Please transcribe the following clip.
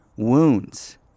Wounds